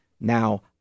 Now